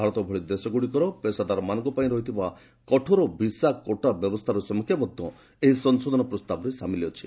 ଭାରତ ଭଳି ଦେଶଗୁଡ଼ିକର ପେଷାଦାରମାନଙ୍କ ପାଇଁ ରହିଥିବା କଠୋର ଭିସା କୋଟା ବ୍ୟବସ୍ଥାର ସମୀକ୍ଷା ମଧ୍ୟ ଏହି ସଂଶୋଧନ ପ୍ରସ୍ତାବରେ ସାମିଲ ଅଛି